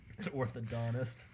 Orthodontist